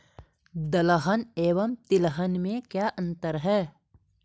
दलहन एवं तिलहन में क्या अंतर है?